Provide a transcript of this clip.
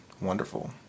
wonderful